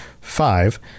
five